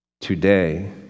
today